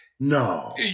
No